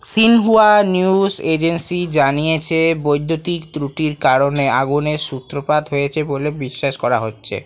Xinhua news agency জানিয়েছে বৈদ্যুতিক ত্রুটির কারণে আগুনের সূত্রপাত হয়েছে বলে বিশ্বাস করা হচ্ছে